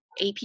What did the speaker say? AP